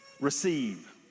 receive